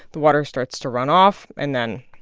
the water starts to run off, and then.